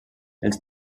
els